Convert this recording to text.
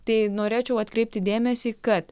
tai norėčiau atkreipti dėmesį kad